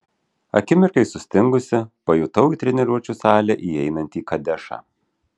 akimirkai sustingusi pajutau į treniruočių salę įeinantį kadešą